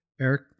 Eric